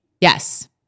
Yes